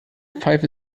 pfeife